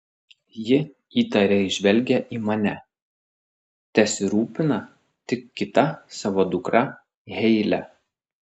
ji įtariai žvelgia į mane tesirūpina tik kita savo dukra heile